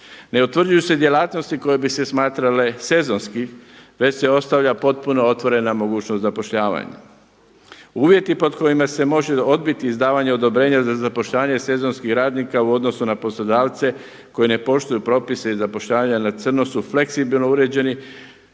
Ne utvrđuju se djelatnosti koje bi se smatrale sezonski već se ostavlja potpuno otvorena mogućnost zapošljavanja. Uvjeti pod kojima se može odbiti izdavanje odobrenja za zapošljavanje sezonskih radnika u odnosu na poslodavce koji ne poštuju propise i zapošljavanje na crno su fleksibilno uređeni